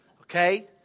Okay